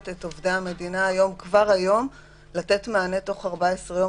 את עובדי המדינה כבר היום לתת מענה בתוך 14 יום.